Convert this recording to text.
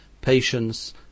patience